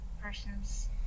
person's